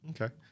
Okay